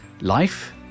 life